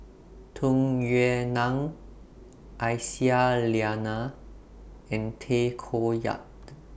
Tung Yue Nang Aisyah Lyana and Tay Koh Yat